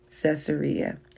Caesarea